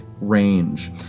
range